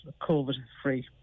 COVID-free